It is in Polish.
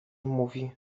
mówi